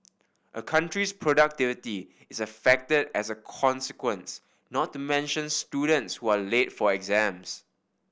a country's productivity is affected as a consequence not to mention students who are late for exams